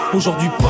Aujourd'hui